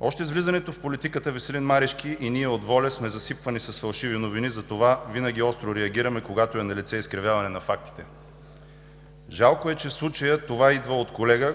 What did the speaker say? Още с влизането в политиката Веселин Марешки и ние от ВОЛЯ сме засипвани с фалшиви новини, затова винаги остро реагираме, когато е налице изкривяване на фактите. Жалко е, че в случая това идва от колега,